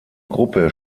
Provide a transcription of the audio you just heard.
gruppe